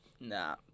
nah